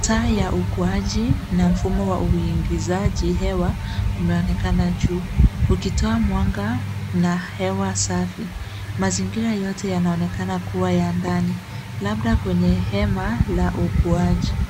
Taa ya ukuaji na mfumo wa uingizaji hewa umeonekana juu ukitoa mwanga na hewa safi. Mazingira yote yanaonekana kuwa ya ndani labda kwenye hema la ukuaji.